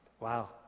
Wow